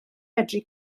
medru